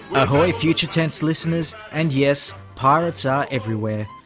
ahoy future tense listeners, and yes, pirates are everywhere.